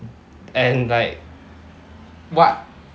and like what